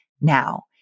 now